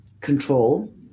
control